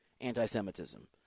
anti-Semitism